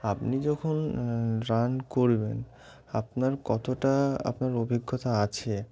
আপনি যখন রান করবেন আপনার কতটা আপনার অভিজ্ঞতা আছে